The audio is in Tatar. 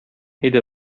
иде